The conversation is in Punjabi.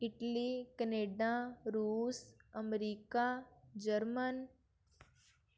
ਇਟਲੀ ਕਨੇਡਾ ਰੂਸ ਅਮਰੀਕਾ ਜਰਮਨ